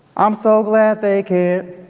i'm so glad they cared,